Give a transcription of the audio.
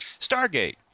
Stargate